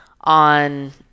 on